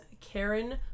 Karen